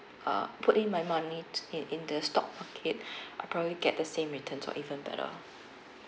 uh put in my money to in in the stock market I probably get the same returns or even better